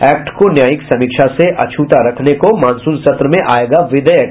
act को न्यायिक समीक्षा से अछूता रखने को मानसून सत्र में आयेगा विधेयक